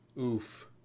Oof